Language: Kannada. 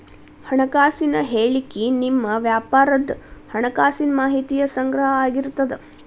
ಹಣಕಾಸಿನ ಹೇಳಿಕಿ ನಿಮ್ಮ ವ್ಯಾಪಾರದ್ ಹಣಕಾಸಿನ ಮಾಹಿತಿಯ ಸಂಗ್ರಹ ಆಗಿರ್ತದ